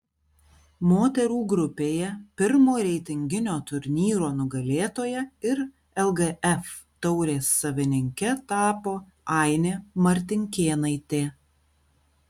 moterų grupėje pirmo reitinginio turnyro nugalėtoja ir lgf taurės savininke tapo ainė martinkėnaitė